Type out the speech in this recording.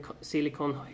silicon